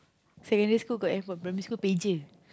secondary school got handphone primary school pager